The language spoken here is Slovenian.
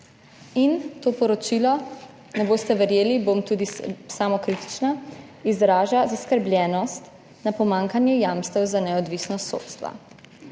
To poročilo, ne boste verjeli, bom tudi samokritična, izraža zaskrbljenost glede pomanjkanja jamstev za neodvisnost sodstva.